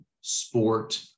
sport